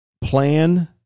plan